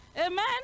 amen